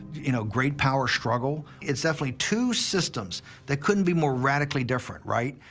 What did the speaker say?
you know, great-power struggle. it's definitely two systems that couldn't be more radically different, right,